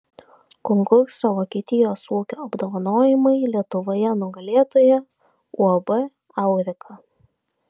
konkurso vokietijos ūkio apdovanojimai lietuvoje nugalėtoja uab aurika